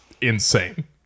insane